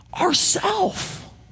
Ourself